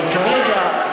אבל כרגע,